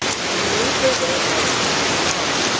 and made her way out upon the lawn,